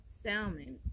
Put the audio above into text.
salmon